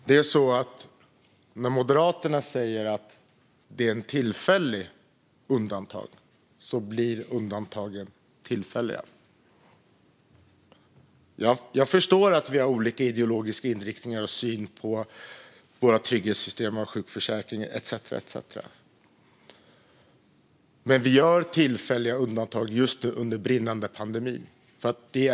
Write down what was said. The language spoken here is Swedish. Fru talman! När Moderaterna säger att något är ett tillfälligt undantag blir det ett tillfälligt undantag. Jag förstår att vi har olika ideologiska inriktningar och olika syn på våra trygghetssystem, sjukförsäkringen etcetera, men vi gör tillfälliga undantag just under brinnande pandemi.